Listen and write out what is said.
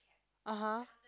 (uh huh)